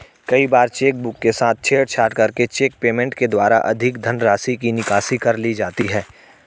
कई बार चेकबुक के साथ छेड़छाड़ करके चेक पेमेंट के द्वारा अधिक धनराशि की निकासी कर ली जाती है